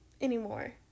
anymore